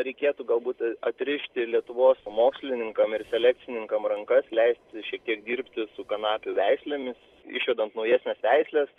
reikėtų galbūt atrišti lietuvos mokslininkam ir selekcininkam rankas leisti šiek tiek dirbti su kanapių veislėmis išvedant naujesnes veisles